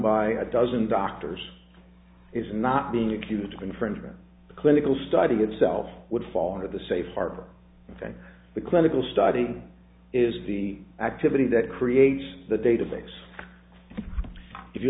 by a dozen doctors is not being accused of infringement the clinical study itself would fall into the safe harbor the clinical study is the activity that creates the database if you